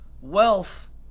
wealth